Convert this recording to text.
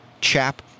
chap